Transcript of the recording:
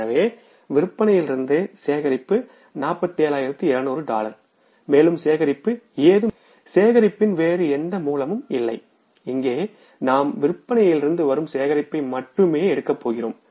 எனவே விற்பனையிலிருந்து சேகரிப்பு 47200 டாலர் மேலும் சேகரிப்பு ஏதும் இல்லை சேகரிப்பின் வேறு எந்த மூலமும் இல்லை இங்கே நாம் விற்பனையிலிருந்து வரும் சேகரிப்பை மட்டுமே எடுக்க போகிறோம்